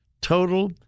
total